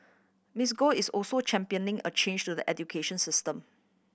Miss Go is also championing a change to the education system